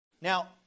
Now